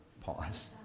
pause